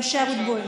הכנסת אלחרומי,